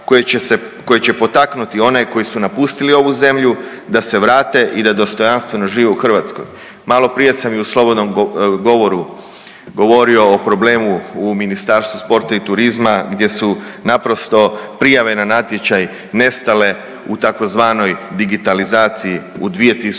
koje će potaknuti one koji su napustili ovu zemlju da se vrate i da dostojanstveno žive u Hrvatskoj. Maloprije sam i u slobodnom govoru govorio o problemu u Ministarstvu sporta i turizma gdje su naprosto prijave na natječaj nestale u tzv. digitalizaciji u 2023.